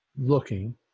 looking